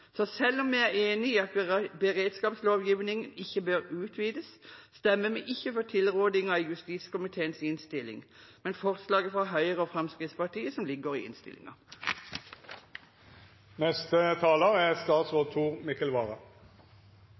Så selv om vi er enige i at beredskapslovgivningen ikke bør utvides, stemmer vi ikke for tilrådingen i justiskomiteens innstilling, men for forslaget fra Høyre og Fremskrittspartiet i innstillingen. Jeg er glad for at en samlet komité ser at det utvalgsarbeidet som nå har startet, er ledd i